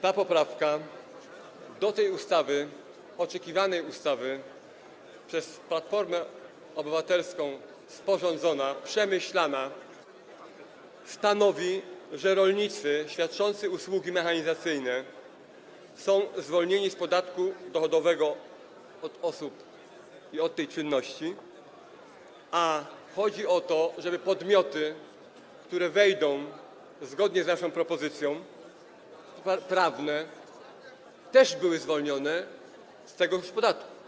Ta poprawka do tej ustawy, oczekiwanej ustawy, przez Platformę Obywatelską sporządzona, przemyślana, stanowi, że rolnicy świadczący usługi mechanizacyjne są zwolnieni z podatku dochodowego od osób i od tej czynności, a chodzi o to, żeby podmioty prawne, które wejdą zgodnie z naszą propozycją, też były zwolnione z tegoż podatku.